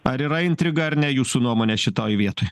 ar yra intriga ar ne jūsų nuomone šitoj vietoj